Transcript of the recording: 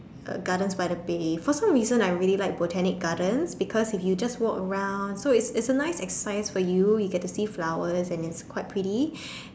Gardens-by-the-Bay for some reason I really like Botanic-Gardens because if you just walk around so it's it's a nice exercise for you you get to see flowers and it's quite pretty